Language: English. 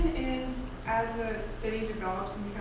is as a city develops and